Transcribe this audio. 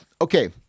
Okay